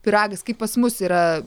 pyragas kaip pas mus yra